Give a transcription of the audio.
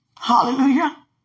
Hallelujah